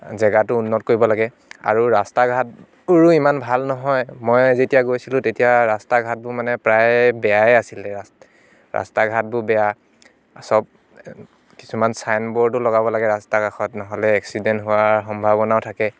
জেগাটো উন্নত কৰিব লাগে আৰু ৰাস্তা ঘাটবোৰো ইমান ভাল নহয় মই যেতিয়া গৈছিলোঁ তেতিয়া ৰাস্তা ঘাটবোৰ মানে প্ৰায় বেয়াই আছিলে ৰাচ ৰাস্তা ঘাটবোৰ বেয়া চব কিছুমান চাইন বৰ্ডো লগাব লাগে ৰাস্তাৰ কাষত ন'হলে এক্সিডেণ্ট হোৱাৰ সম্ভাৱনাও থাকে